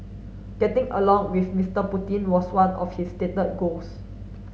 getting along with Mister Putin was one of his stated goals